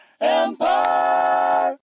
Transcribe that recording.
Empire